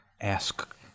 ask